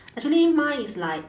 actually mine is like